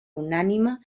unànime